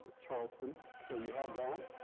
charleston, so you have that.